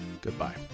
goodbye